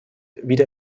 wieder